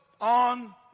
on